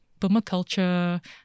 permaculture